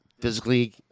physically